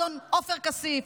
אדון עופר כסיף,